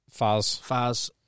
Faz